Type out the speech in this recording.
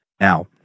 now